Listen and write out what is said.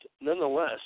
nonetheless